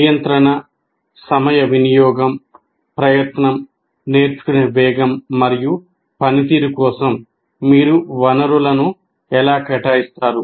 నియంత్రణ సమయ వినియోగం ప్రయత్నం నేర్చుకునే వేగం మరియు పనితీరు కోసం మీరు వనరులను ఎలా కేటాయిస్తారు